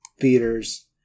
theaters